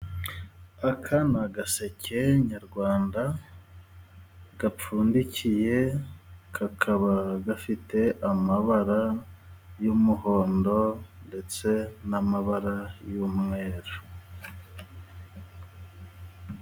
Aka ni agaseke nyarwanda gapfundikiye, kakaba gafite amabara y'umuhondo, ndetse n'amabara y'umweru.